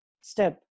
step